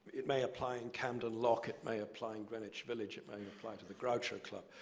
it may applying camden lock, it may apply and greenwich village, it may apply to the groucho club.